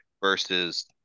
versus